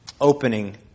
Opening